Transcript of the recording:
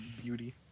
beauty